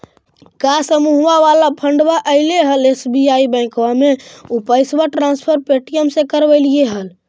का समुहवा वाला फंडवा ऐले हल एस.बी.आई बैंकवा मे ऊ पैसवा ट्रांसफर पे.टी.एम से करवैलीऐ हल?